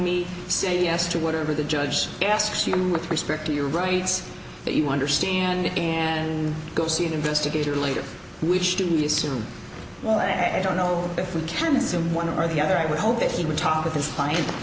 we say yes to whatever the judge asks you with respect to your rights that you understand and go see an investigator later which do you assume well i don't know if we can assume one or the other i would hope that he would talk with his clien